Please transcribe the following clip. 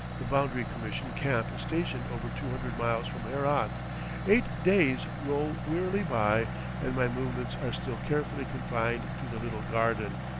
the boundary commission camp is stationed over two hundred miles from herat eight days roll wearily by and my movements are still carefully confined to the little garden,